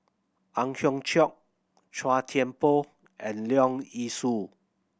Ang Hiong Chiok Chua Thian Poh and Leong Yee Soo